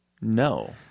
No